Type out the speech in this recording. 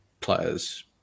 players